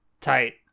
tight